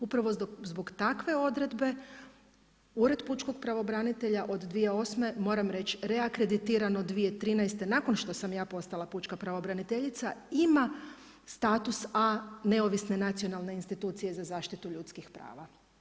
Upravo zbog takve odredbe Ured pučkog pravobranitelja od 2008. moram reći reakreditirano 2013. nakon što sam ja postala pučka pravobraniteljica ima status A neovisne nacionalne institucije za zaštitu ljudskih prava.